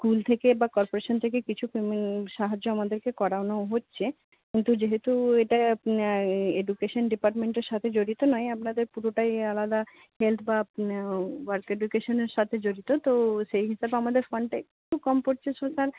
school থেকে বা corporation থেকে কিছু পেমেন্ট সাহায্য আমাদেরকে করানো হচ্ছে কিন্তু যেহেতু এটা এডুকেশন ডিপার্টমেন্টের সাথে জড়িত নয় আপনাদের পুরোটাই আলাদা হেল্প বা ওয়ার্ক এডুকেশনের সাথে জড়িত তো সেই হিসাবে আমাদের ফান্ডটা একটু কম পড়ছে সোশ্যাল